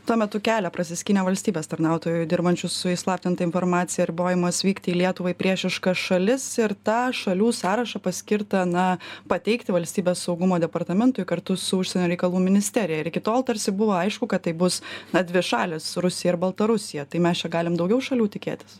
tuo metu kelią prasiskynė valstybės tarnautojų dirbančių su įslaptinta informacija ribojimas vykti į lietuvai priešiškas šalis ir tą šalių sąrašą paskirtą na pateikti valstybės saugumo departamentui kartu su užsienio reikalų ministerija ir iki tol tarsi buvo aišku kad tai bus na dvi šalys rusija ir baltarusija tai mes čia galim daugiau šalių tikėtis